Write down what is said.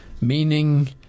meaning